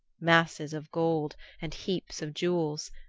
masses of gold and heaps of jewels,